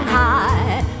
high